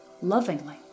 ...lovingly